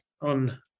on